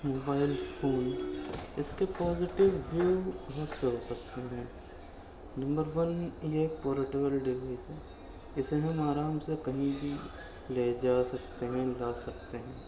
mobiles phone اس کے positive wave بہت سے ہو سکتے ہیں نمبر ون یہ پورٹیبل ڈوائس ہے اسے ہم آرام سے کہیں بھی لے جا سکتے ہیں لا سکتے ہیں